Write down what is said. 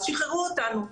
אז שחררו אותם.